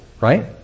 right